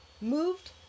moved